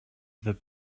the